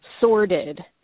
sorted